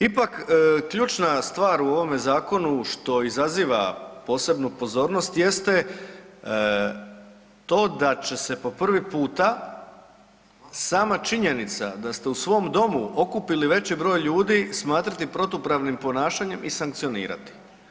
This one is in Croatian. Ipak ključna stvar u ovome zakonu što izaziva posebnu pozornost jeste to da će se po prvi puta sama činjenica da ste u svom domu okupili veći broj ljudi smatrati protupravnim ponašanjem i sankcionirati.